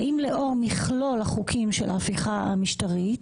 האם לאור מכלול החוקים של ההפיכה המשטרית